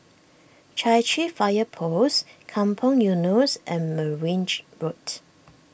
Chai Chee Fire Post Kampong Eunos and Merryn G Road